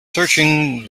searching